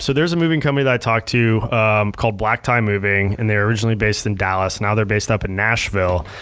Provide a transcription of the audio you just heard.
so there's a moving company that i talked to called black tie moving, and they were originally based in dallas. now, they're based up in nashville,